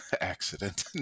Accident